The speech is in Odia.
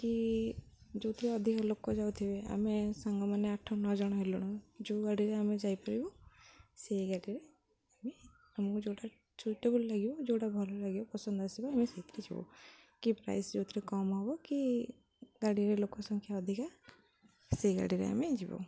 କି ଯେଉଁଥିରେ ଅଧିକ ଲୋକ ଯାଉଥିବେ ଆମେ ସାଙ୍ଗମାନେ ଆଠ ନଅ ଜଣ ହେଲୁଣୁ ଯେଉଁ ଗାଡ଼ିରେ ଆମେ ଯାଇପାରିବୁ ସେଇ ଗାଡ଼ିରେ ଆମେ ଆମକୁ ଯେଉଁଟା ସୁଇଟେବୁଲ୍ ଲାଗିବ ଯେଉଁଟା ଭଲ ଲାଗିବ ପସନ୍ଦ ଆସିବ ଆମେ ସେଇଥିରେ ଯିବୁ କି ପ୍ରାଇସ୍ ଯେଉଁଥିରେ କମ୍ ହେବ କି ଗାଡ଼ିରେ ଲୋକ ସଂଖ୍ୟା ଅଧିକା ସେଇ ଗାଡ଼ିରେ ଆମେ ଯିବୁ